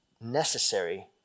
necessary